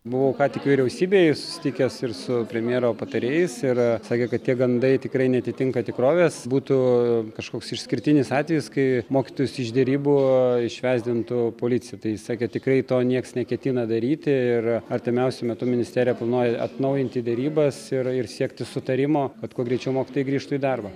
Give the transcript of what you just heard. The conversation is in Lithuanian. buvau ką tik vyriausybėje ir susitikęs ir su premjero patarėjais ir sakė kad tie gandai tikrai neatitinka tikrovės būtų kažkoks išskirtinis atvejis kai mokytojus iš derybų išvesdintų policija tai sakė tikrai to niekas neketina daryti ir artimiausiu metu ministerija planuoja atnaujinti derybas ir ir siekti sutarimo kad kuo greičiau mokytojai grįžtų į darbą